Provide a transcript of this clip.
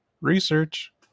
research